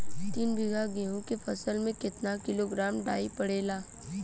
तीन बिघा गेहूँ के फसल मे कितना किलोग्राम डाई पड़ेला?